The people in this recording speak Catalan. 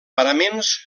paraments